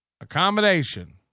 Accommodation